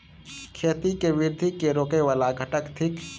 खेती केँ वृद्धि केँ रोकय वला घटक थिक?